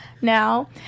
now